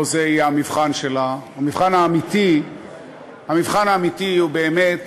לא זה יהיה המבחן שלה, המבחן האמיתי הוא באמת